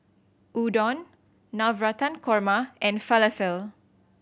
Udon Navratan Korma and Falafel